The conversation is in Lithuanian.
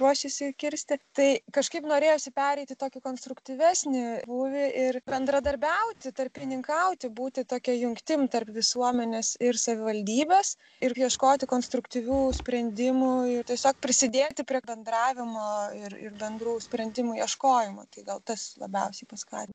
ruošėsi kirsti tai kažkaip norėjosi pereiti į tokį konstruktyvesnį būvį ir bendradarbiauti tarpininkauti būti tokia jungtim tarp visuomenės ir savivaldybės ir ieškoti konstruktyvių sprendimų ir tiesiog prisidėti prie bendravimo ir ir bendrų sprendimų ieškojimo tai gal tas labiausiai paskatino